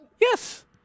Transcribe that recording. Yes